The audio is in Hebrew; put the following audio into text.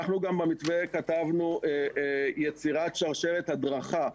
במתווה כתבנו יצירת שרשרת הדרכה.